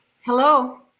Hello